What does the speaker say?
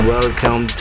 Welcome